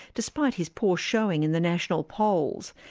despite his poor showing in the national polls.